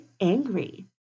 angry